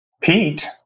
Pete